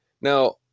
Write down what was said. Now